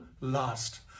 last